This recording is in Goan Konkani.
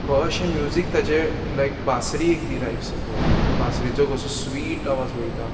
खंय अशें म्युजीक ताचें लायक बासरी एक दिला एक सपोज बासरीचो कसो स्वीट आवाज वयता